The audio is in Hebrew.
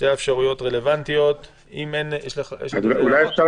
אולי אפשר